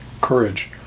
courage